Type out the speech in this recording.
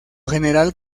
general